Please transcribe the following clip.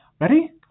Ready